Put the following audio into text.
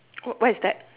wh~ what is that